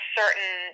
certain